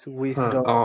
wisdom